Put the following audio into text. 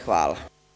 Hvala.